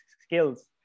skills